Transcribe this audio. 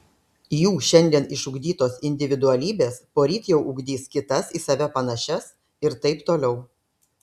jų šiandien išugdytos individualybės poryt jau ugdys kitas į save panašias ir taip toliau